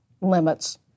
limits